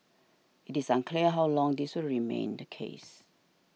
it is unclear how long this will remain the case